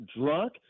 drunk